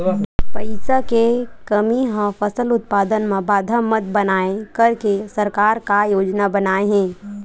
पईसा के कमी हा फसल उत्पादन मा बाधा मत बनाए करके सरकार का योजना बनाए हे?